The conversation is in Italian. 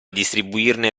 distribuirne